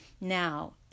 Now